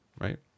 right